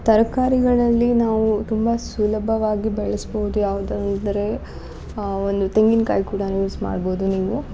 ತರಕಾರಿಗಳಲ್ಲಿ ನಾವು ತುಂಬ ಸುಲಭವಾಗಿ ಬೆಳಸ್ಬೌದು ಯಾವ್ದು ಅಂದರೆ ಒಂದು ತೆಂಗಿನ್ಕಾಯಿ ಕೂಡ ಯೂಸ್ ಮಾಡ್ಬೋದು ನೀವು